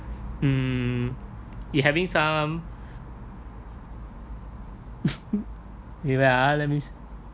mm you having some wait ah let me see